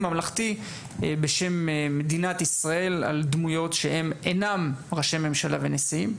ממלכתי בשם מדינת ישראל על דמויות שהן אינן ראשי ממשלה ונשיאים.